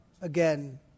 again